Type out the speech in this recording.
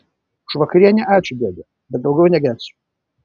už vakarienę ačiū dėde bet daugiau negersiu